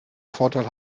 vorteil